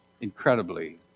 incredibly